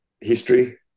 history